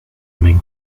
make